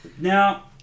Now